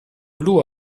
blu